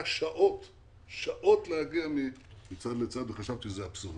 שעות להגיע מצד לצד וחשבתי שזה אבסורד.